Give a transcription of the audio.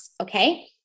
okay